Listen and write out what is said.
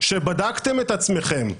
שבדקתם את עצמכם,